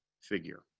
figure